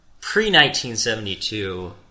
Pre-1972